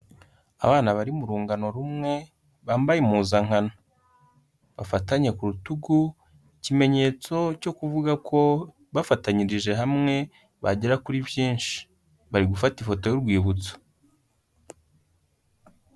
Abana bari mu rungano rumwe bambaye impuzankano. Bafatanye ku rutugu ikimenyetso cyo kuvuga ko bafatanyirije hamwe bagera kuri byinshi. Bari gufata ifoto y'urwibutso.